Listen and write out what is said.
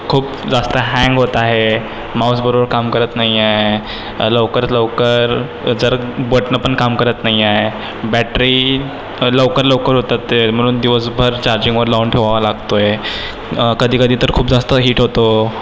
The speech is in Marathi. खूप जास्त हँग होत आहे माऊस बरोबर काम करत नाही आहे लवकरात लवकर जर बटनं पणकाम करत नाही आहे बॅटरी लवकर लवकर उतरते म्हणून दिवसभर चार्जिंगवर लावून ठेवावा लागतो आहे अं कधीकधी तर खूप जास्त हीट होतो